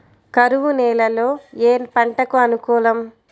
కరువు నేలలో ఏ పంటకు అనుకూలం?